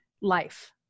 life